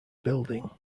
building